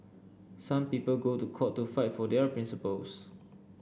some people go to court to fight for their principles